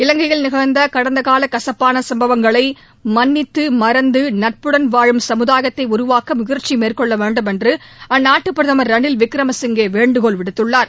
இலங்கையில் நிகழ்ந்த கடந்த கால கசப்பாள சம்பவங்களை மன்னித்து மறந்து நட்புடன் வாழும் சமுதாயத்தை உருவாக்க முயற்சி மேற்கொள்ள வேண்டும் என்று அந்நாட்டு பிரதம் திரு ரனில் விக்ரம சிங்கே வேண்டுகோள் விடுத்துள்ளார்